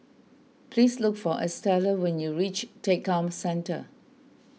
please look for Estella when you reach Tekka Centre